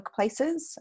workplaces